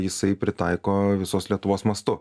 jisai pritaiko visos lietuvos mastu